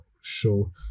show